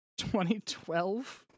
2012